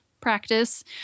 practice